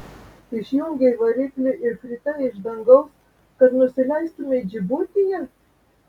išjungei variklį ir kritai iš dangaus kad nusileistumei džibutyje